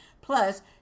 Plus